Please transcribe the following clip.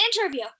interview